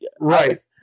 Right